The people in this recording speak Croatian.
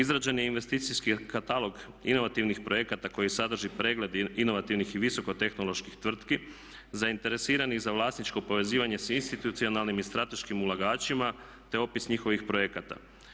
Izrađen je i investicijski katalog inovativnih projekata koji sadrži pregled inovativnih i visoko tehnoloških tvrtki zainteresiranih za vlasničko povezivanje sa institucionalnim i strateškim ulagačima, te opis njihovih projekata.